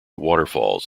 waterfalls